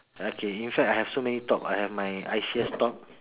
okay in fact I have so many top I have my I_C_S top